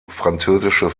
französische